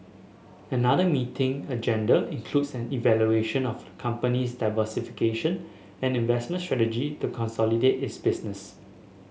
another meeting agenda includes an evaluation of company's diversification and investment strategy to consolidate its business